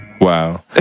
Wow